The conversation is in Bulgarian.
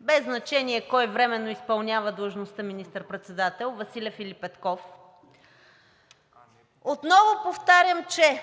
без значение кой временно изпълнява длъжността министър-председател – Василев или Петков, отново повтарям, че